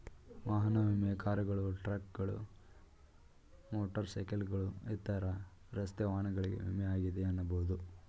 ವಾಹನ ವಿಮೆ ಕಾರುಗಳು, ಟ್ರಕ್ಗಳು, ಮೋಟರ್ ಸೈಕಲ್ಗಳು ಇತರ ರಸ್ತೆ ವಾಹನಗಳಿಗೆ ವಿಮೆ ಆಗಿದೆ ಎನ್ನಬಹುದು